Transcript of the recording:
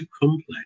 complex